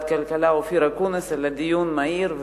הכלכלה אופיר אקוניס על הדיון המהיר,